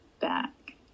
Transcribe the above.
back